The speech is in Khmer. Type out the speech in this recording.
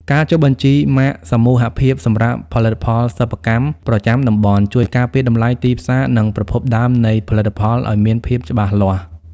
ការចុះបញ្ជីម៉ាកសមូហភាពសម្រាប់ផលិតផលសិប្បកម្មប្រចាំតំបន់ ជួយការពារតម្លៃទីផ្សារ និងប្រភពដើមនៃផលិតផលឱ្យមានភាពច្បាស់លាស់។